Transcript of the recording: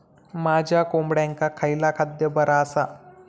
माझ्या कोंबड्यांका खयला खाद्य बरा आसा?